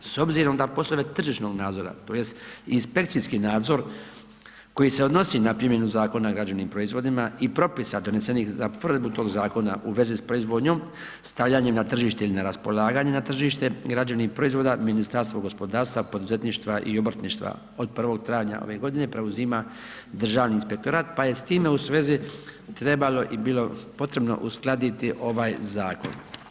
S obzirom da poslove tržišnog nadzora tj. inspekcijski nadzor koji se odnosi na primjenu Zakona o građevnim proizvodima i propisa donesenih za provedbu tog zakona u vezi s proizvodnjom, stavljanjem na tržište ili na raspolaganje na tržište, građevnih proizvoda Ministarstvo gospodarstva, poduzetništva i obrtništva od 1. travnja ove godine preuzima Državni inspektorat pa je s time u svezi trebalo i bilo potrebno uskladiti ovaj zakon.